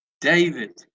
David